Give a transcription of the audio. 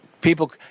people